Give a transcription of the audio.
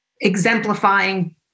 exemplifying